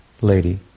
lady